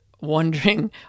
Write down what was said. wondering